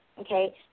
okay